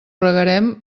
regarem